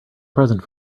present